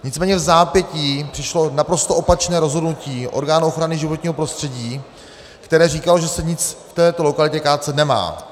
Nicméně vzápětí přišlo naprosto opačné rozhodnutí orgánů ochrany životního prostředí, které říkalo, že se nic v této lokalitě kácet nemá.